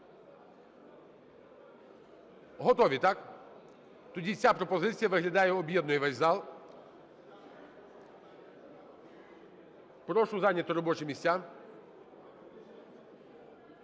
Готові, так? Тоді ця пропозиція, виглядає, об'єднує весь зал. Прошу зайняти робочі місця